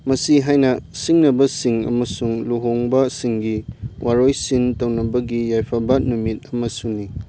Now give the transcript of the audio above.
ꯃꯁꯤ ꯍꯥꯏꯅ ꯁꯤꯡꯅꯕꯁꯤꯡ ꯑꯃꯁꯨꯡ ꯂꯨꯍꯣꯡꯕꯁꯤꯡꯒꯤ ꯋꯥꯔꯣꯏꯁꯤꯟ ꯇꯧꯅꯕꯒꯤ ꯌꯥꯏꯐꯕ ꯅꯨꯃꯤꯠ ꯑꯃꯁꯨꯅꯤ